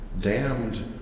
damned